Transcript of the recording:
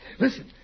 Listen